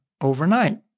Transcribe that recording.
overnight